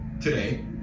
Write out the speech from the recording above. today